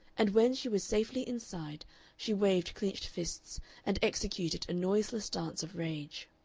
and when she was safely inside she waved clinched fists and executed a noiseless dance of rage.